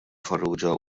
farrugia